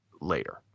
later